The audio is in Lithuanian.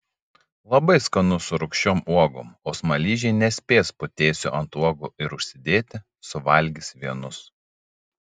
labai skanu su rūgščiom uogom o smaližiai nespės putėsių ant uogų ir užsidėti suvalgys vienus